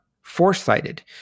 foresighted